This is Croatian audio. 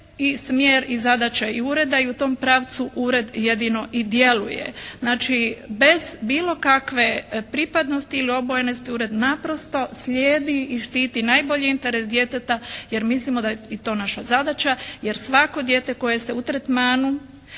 smjer i zadaća i ureda. I u tom pravcu ured jedino i djeluje. Znači, bez bilo kakve pripadnosti ili obojenosti, ured naprosto sljedi i štiti najbolji interes djeteta, jer mislimo da je i to naša zadaća, jer svako dijete koje se u tretmanu